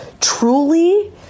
truly